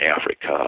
Africa